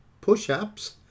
push-ups